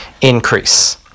increase